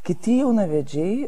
kiti jaunavedžiai